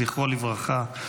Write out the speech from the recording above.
זכרו לברכה.